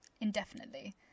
indefinitely